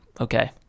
Okay